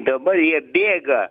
dabar jie bėga